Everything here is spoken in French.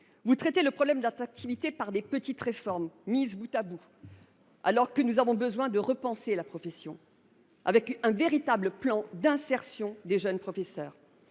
Vous traitez le problème d’attractivité par de petites réformes mises bout à bout, alors que nous avons besoin de repenser la profession en prévoyant un véritable plan d’insertion des jeunes professeurs.